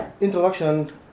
introduction